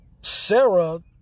Sarah